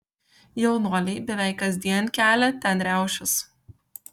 jaunuoliai beveik kasdien kelia ten riaušes